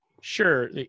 sure